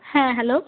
হ্যাঁ হ্যালো